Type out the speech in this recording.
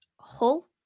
Hull